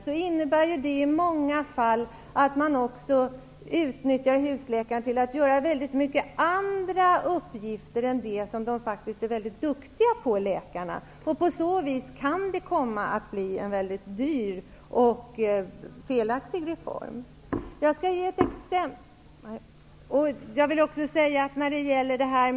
Då innebär det i många fall att man utnyttjar husläkarna till många andra uppgifter än det som de är duktiga på. På så vis kan det komma att bli en väldigt dyr och felaktig reform.